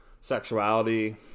sexuality